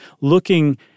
looking